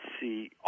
see